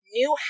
new